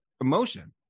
emotion